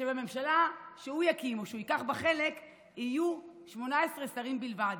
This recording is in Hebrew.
שבממשלה שהוא יקים או שהוא ייקח בה חלק יהיו 18 שרים בלבד.